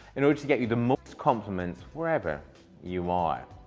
in order to get you the most compliments, wherever you are.